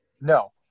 No